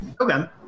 Okay